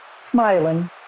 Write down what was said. smiling